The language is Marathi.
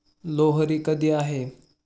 लोहरी कधी आहे?